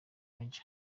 maj